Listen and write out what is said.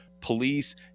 police